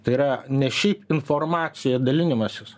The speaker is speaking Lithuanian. tai yra ne šiaip informacija dalinimasis